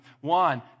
one